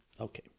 Okay